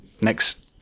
next